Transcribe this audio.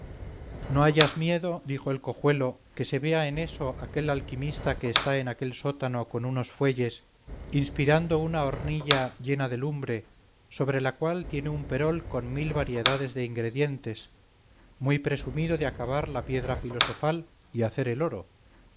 no hayas miedo dijo el cojuelo que se vea en eso aquel alquimista que está en aquel sótano con unos fuelles inspirando una hornilla llena de lumbre sobre la cual tiene un perol con mil variedades de ingredientes muy presumido de acabar la piedra filosofal y hacer el oro